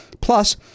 plus